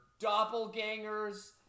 doppelgangers